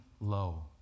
lo